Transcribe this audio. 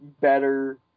better